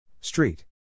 Street